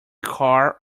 car